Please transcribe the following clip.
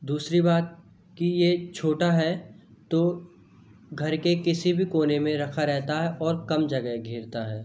दूसरी बात कि ये छोटा है तो घर के किसी भी कोने में रखा रहता है और कम जगह घेरता है